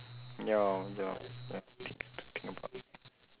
ya ya ya things to think about